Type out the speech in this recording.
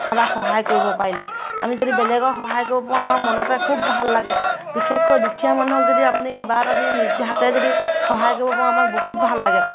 কাৰোবাক সহায় কৰিব পাৰিলে আমি যদি বেলেগক সহায় কৰিব পাৰোঁ আমাৰ মনতে খুব ভাল লাগে বিশেষকৈ দুখীয়া মানুহক যদি আপুনি কিবা এটা দি নিজ হাতে যদি সহায় কৰিব পাৰোঁ আমাক বহুত ভাল লাগে